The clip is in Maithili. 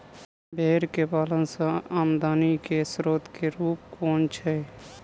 भेंर केँ पालन सँ आमदनी केँ स्रोत केँ रूप कुन छैय?